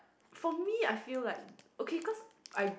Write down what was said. for me I feel like okay cause I